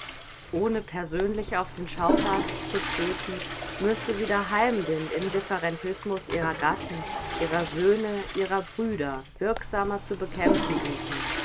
ohne persönlich auf den schauplatz zu treten müßte sie daheim den indifferentismus ihrer gatten ihrer söhne ihrer brüder wirksamer zu bekämpfen suchen